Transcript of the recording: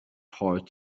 hard